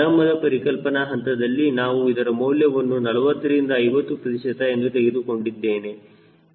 ಆರಂಭದ ಪರಿಕಲ್ಪನಾ ಹಂತದಲ್ಲಿ ನಾವು ಇದರ ಮೌಲ್ಯವನ್ನು 40 ರಿಂದ 50 ಪ್ರತಿಶತ ಎಂದು ತೆಗೆದುಕೊಂಡಿದ್ದೇನೆ